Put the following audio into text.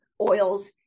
oils